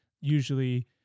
Usually